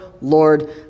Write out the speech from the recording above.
Lord